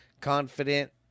confident